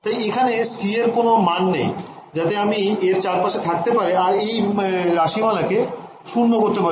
তাই এখানে c এর কোন মান নেই যাতে আমি এর চারপাশে থাকতে পারে আর এই রাশিমালাকে 0করতে পারে